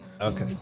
Okay